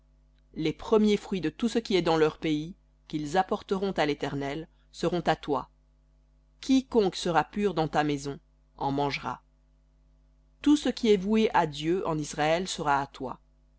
les premiers fruits de tout ce qui est dans leur pays qu'ils apporteront à l'éternel seront à toi quiconque sera pur dans ta maison en mangera tout ce qui est voué en israël sera à toi